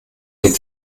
den